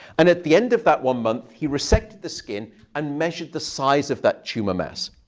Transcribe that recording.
and at the end of that one month, he resected the skin and measured the size of that tumor mass.